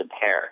pair